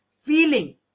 feeling